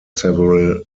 several